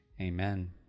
Amen